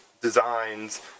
designs